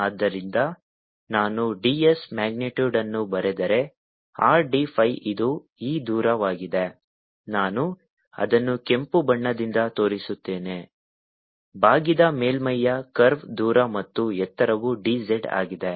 ಆದ್ದರಿಂದ ನಾನು ds magnitude ಅನ್ನು ಬರೆದರೆ R d phi ಇದು ಈ ದೂರವಾಗಿದೆ ನಾನು ಅದನ್ನು ಕೆಂಪು ಬಣ್ಣದಿಂದ ತೋರಿಸುತ್ತೇನೆ ಬಾಗಿದ ಮೇಲ್ಮೈಯ ಕರ್ವ್ ದೂರ ಮತ್ತು ಎತ್ತರವು d z ಆಗಿದೆ